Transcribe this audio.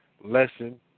lesson